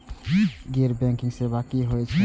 गैर बैंकिंग सेवा की होय छेय?